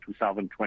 2020